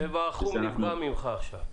הצבע החום נפגע ממך עכשיו.